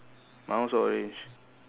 my one also orange